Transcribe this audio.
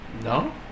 No